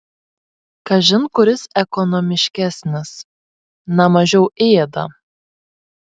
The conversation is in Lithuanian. kažin kuris ekonomiškesnis na mažiau ėda